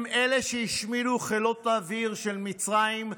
הם אלה שהשמידו חילות אוויר של מצרים,